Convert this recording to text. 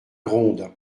gronde